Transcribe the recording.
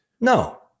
no